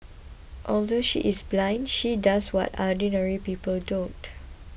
although she is blind she does what ordinary people don't